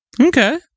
Okay